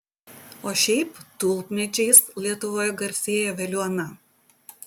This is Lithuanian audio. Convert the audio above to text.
o šiaip tulpmedžiais lietuvoje garsėja veliuona